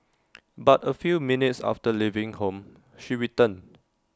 but A few minutes after leaving home she returned